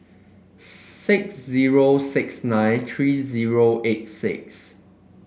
six zero six nine three zero eight six